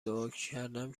دعاکردم